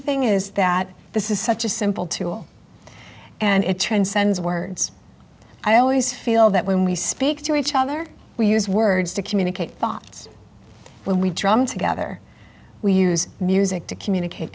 thing is that this is such a simple tool and it transcends words i always feel that when we speak to each other we use words to communicate thoughts when we drum together we use music to communicate